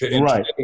Right